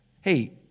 hey